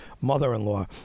mother-in-law